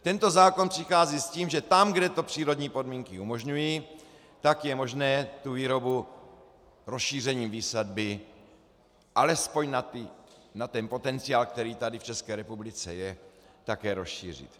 Tento zákon přichází s tím, že tam, kde to přírodní podmínky umožňují, je možné výrobu rozšířením výsadby alespoň na ten potenciál, který tady v České republice je, také rozšířit.